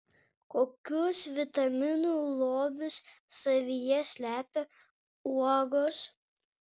kokius vitaminų lobius savyje slepia uogos